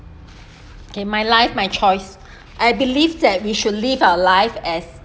okay my life my choice I believe that we should live our life as